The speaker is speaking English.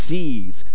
Seeds